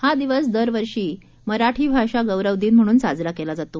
हा दिवस दरवर्षी मराठी भाषा गौरव दिन म्हणून साजरा केला जातो